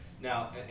Now